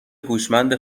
هوشمند